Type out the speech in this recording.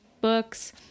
books